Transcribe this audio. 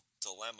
dilemma